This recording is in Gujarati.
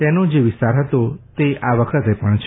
તેનો જે વિસ્તાર હતો તે આ વખતે પણ છે